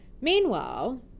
Meanwhile